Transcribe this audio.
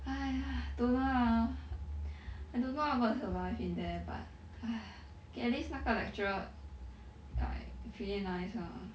!haiya! don't know lah I don't know how I'm gonna survive in there but !haiya! K at least 那个 lecturer like really nice lah